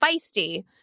feisty